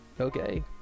Okay